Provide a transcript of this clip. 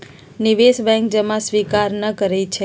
निवेश बैंक जमा स्वीकार न करइ छै